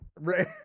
Right